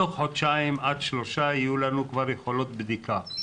תוך חודשיים עד שלושה יהיו לנו כבר יכולות בדיקה,